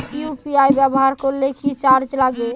UPI ব্যবহার করলে কি চার্জ লাগে?